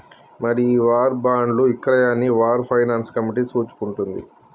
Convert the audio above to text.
మరి ఈ వార్ బాండ్లు ఇక్రయాన్ని వార్ ఫైనాన్స్ కమిటీ చూసుకుంటుంది